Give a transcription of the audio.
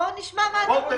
בואו נשמע מה הם מציעים.